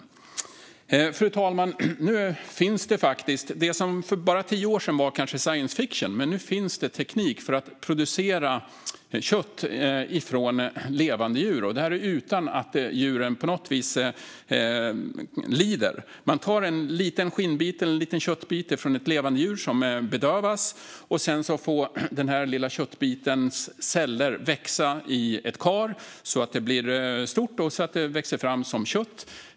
Fru talman! För bara tio år sedan kanske det var science fiction, men nu finns det teknik för att producera kött från levande djur utan att djuren på något vis lider. Man tar en liten skinnbit eller en liten köttbit från ett levande djur, som bedövas, och sedan får den lilla köttbitens celler växa i ett kar så att de blir stora och växer fram som kött.